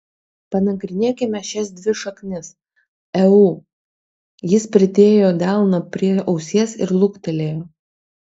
panagrinėkime šias dvi šaknis eu jis pridėjo delną prie ausies ir luktelėjo